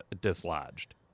dislodged